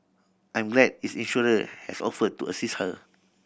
I'm glad its insurer has offered to assist her